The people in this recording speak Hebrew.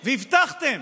והבטחתם,